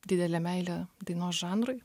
didelę meilę dainos žanrui